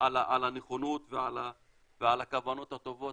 על הנכונות ועל הכוונות הטובות.